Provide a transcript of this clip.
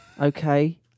okay